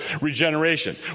regeneration